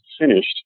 finished